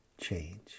change